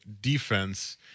defense